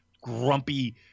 grumpy